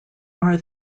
are